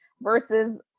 versus